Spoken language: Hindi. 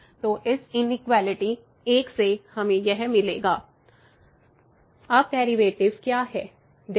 तो इस इनइक्वेलिटी 1 से f1 f2fc अब डेरिवेटिव क्या है